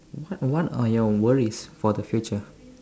what what are your worries for the future